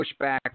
pushback